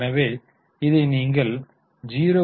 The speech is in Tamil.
எனவே இதை நீங்கள் 0